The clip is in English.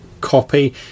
copy